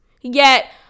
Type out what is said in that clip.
yet-